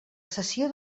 cessió